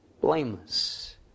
blameless